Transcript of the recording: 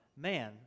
Man